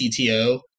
cto